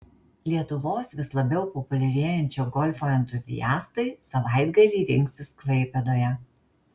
lietuvos vis labiau populiarėjančio golfo entuziastai savaitgalį rinksis klaipėdoje